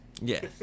Yes